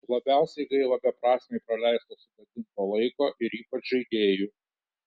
labiausiai gaila beprasmiai praleisto sugadinto laiko ir ypač žaidėjų